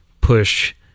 push